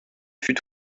fut